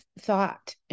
thought